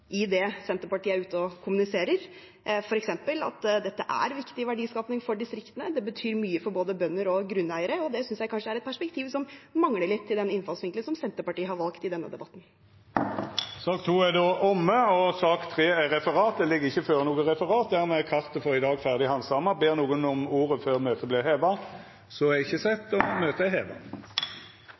i det Senterpartiet er ute og kommuniserer, f.eks. at dette er viktig verdiskaping for distriktene, det betyr mye for både bønder og grunneiere. Det synes jeg kanskje er et perspektiv som mangler litt i den innfallsvinkelen som Senterpartiet har valgt i denne debatten. Sak nr. 2 er då ferdig handsama. Det ligg ikkje føre noko referat. Dermed er dagens kart ferdig handsama. Ber nokon om ordet før møtet vert heva? – Møtet er heva.